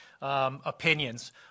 Opinions